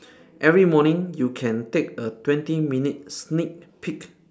every morning you can take a twenty minute sneak peek